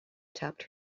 tapped